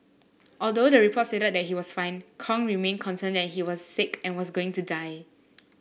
although the report stated he was fine Kong remained concerned that he was sick and was going to die